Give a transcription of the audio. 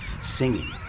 singing